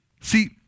See